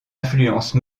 influence